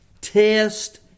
Test